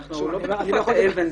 אנחנו לא בתקופת האבן.